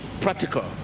practical